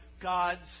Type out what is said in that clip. God's